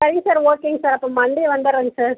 சரிங்க சார் ஓகேங்க சார் அப்போ மண்டே வந்துறேங்க சார்